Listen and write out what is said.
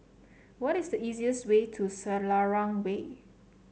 what is the easiest way to Selarang Way